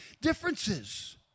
differences